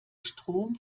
strom